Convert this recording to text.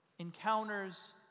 encounters